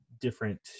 different